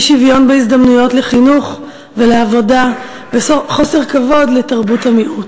אי-שוויון בהזדמנויות לחינוך ולעבודה וחוסר כבוד לתרבות המיעוט.